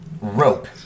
rope